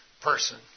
person